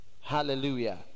Hallelujah